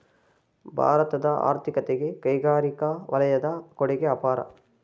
ಭಾರತದ ಆರ್ಥಿಕತೆಗೆ ಕೈಗಾರಿಕಾ ವಲಯದ ಕೊಡುಗೆ ಅಪಾರ